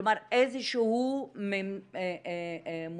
כלומר, איזשהו מוסד